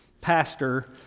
pastor